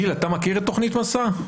גיל, אתה מכיר את תכנית 'מסע'?